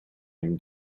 him